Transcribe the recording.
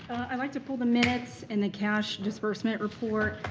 i'd like to pull the minutes and the cash disbursement report.